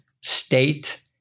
state